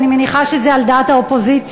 אני מניחה שזה על דעת האופוזיציה,